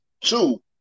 Two